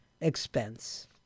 expense